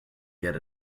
get